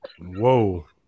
Whoa